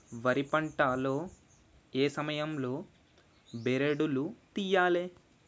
వరి పంట లో ఏ సమయం లో బెరడు లు తియ్యాలి?